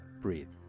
breathe